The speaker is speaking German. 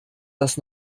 das